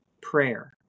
prayer